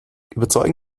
überzeugen